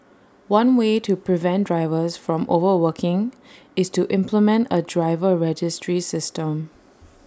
one way to prevent drivers from overworking is to implement A driver registry system